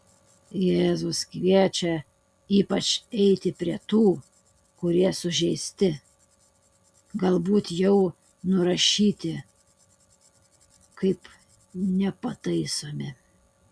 jėzus kviečia ypač eiti prie tų kurie sužeisti galbūt jau nurašyti kaip nepataisomi